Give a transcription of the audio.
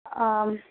ಹಾಂ